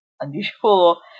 unusual